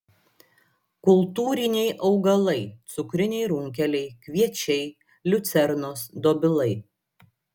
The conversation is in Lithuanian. kultūriniai augalai cukriniai runkeliai kviečiai liucernos dobilai